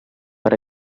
per